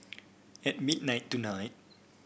at midnight tonight